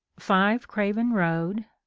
five craven road,